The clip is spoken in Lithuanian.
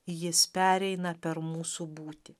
jis pereina per mūsų būtį